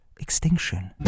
extinction